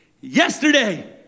yesterday